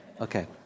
Okay